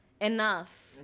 enough